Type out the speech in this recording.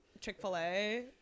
Chick-fil-A